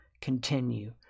continue